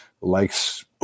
likes